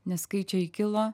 nes skaičiai kilo